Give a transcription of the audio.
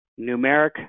numeric